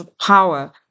power